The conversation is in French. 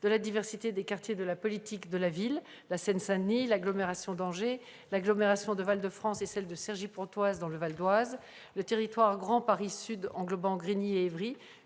de la diversité des quartiers prioritaires de la politique de la ville : la Seine-Saint-Denis, l'agglomération d'Angers, l'agglomération Val de France et celle de Cergy-Pontoise dans le Val-d'Oise, le territoire Grand Paris Sud englobant Grigny et Évry,